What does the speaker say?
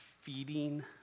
feeding